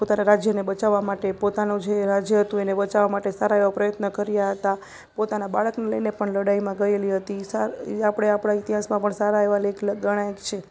પોતાના રાજ્યને બચાવવા માટે પોતાનું જે રાજ્ય હતું એને બચાવવા માટે સારા એવા પ્રયત્ન કર્યા હતાં પોતાના બાળકને લઈને પણ લડાઈમાં ગયેલી હતી પણ એ આપણે આપણા ઇતિહાસમાં પણ સારા એવા લેખ ગણાય છે